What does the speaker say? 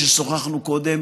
ששוחחנו קודם,